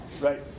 Right